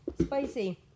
spicy